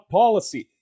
policy